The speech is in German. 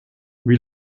wie